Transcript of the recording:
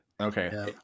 Okay